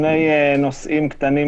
יש שני נושאים קטנים,